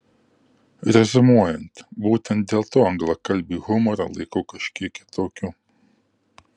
reziumuojant būtent dėl to anglakalbį humorą laikau kažkiek kitokiu